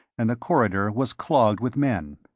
and the corridor was clogged with men.